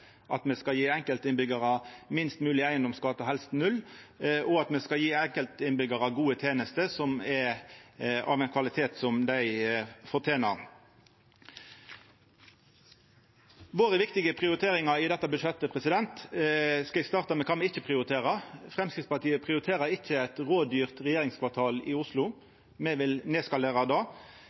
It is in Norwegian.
at me skal gje enkeltinnbyggjarar minst mogleg eigedomsskatt – helst null – og at me skal gje enkeltinnbyggjarar gode tenester, som er av ein kvalitet som dei fortener. Så til våre viktige prioriteringar i dette budsjettet. Eg skal starta me kva me ikkje prioriterer. Framstegspartiet prioriterer ikkje eit rådyrt regjeringskvartal i Oslo. Me vil nedskalera det.